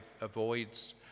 avoids